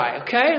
okay